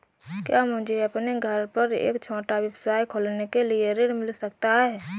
क्या मुझे अपने घर पर एक छोटा व्यवसाय खोलने के लिए ऋण मिल सकता है?